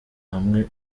hamwe